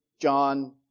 John